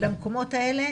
למקומות האלה